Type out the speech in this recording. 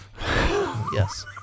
yes